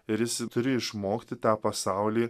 ir jis turi išmokti tą pasaulį